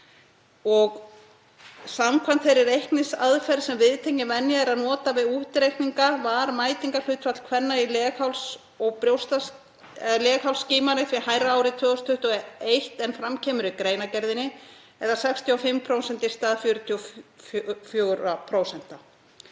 Samkvæmt þeirri reikningsaðferð sem viðtekin venja er að nota við útreikninga var mætingarhlutfall kvenna í leghálsskimanir því hærra árið 2021 en fram kemur í greinargerðinni eða 65% í stað 44%,